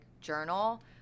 journal